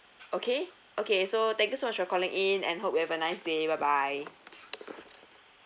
okay okay so thank you so much for calling in and hope you have a nice day bye bye